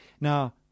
Now